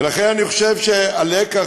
ולכן אני חושב שהלקח